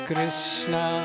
Krishna